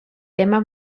tema